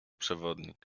przewodnik